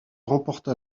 remporta